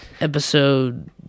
episode